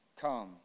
come